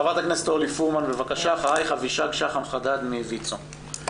ח"כ אורלי פורמן, אחרייך אבישג שחם חדד מויצ"ו.